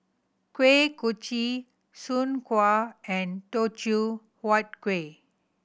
Kuih Kochi Soon Kuih and Teochew Huat Kueh